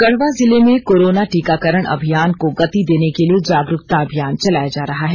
गढ़वा जिले में कोरोना टीकाकरण अभियान को गति देने के लिये जागरुकता अभियान चलाया जा रहा है